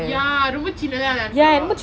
ya ரொம்ப சின்னதா இருக்கும்:romba chinnatha irukkum